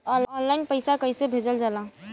Online पैसा कैसे भेजल जाला?